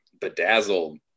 bedazzled